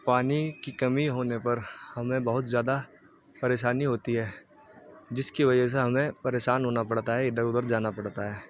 پانی کی کمی ہونے پر ہمیں بہت زیادہ پریشانی ہوتی ہے جس کی وجہ سے ہمیں پریشان ہونا پڑتا ہے ادھر ادھر جانا پڑتا ہے